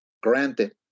Granted